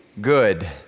good